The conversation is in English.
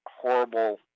horrible